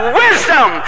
wisdom